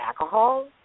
alcohol